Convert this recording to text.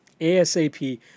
ASAP